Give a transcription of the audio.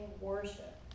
worship